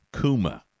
Kuma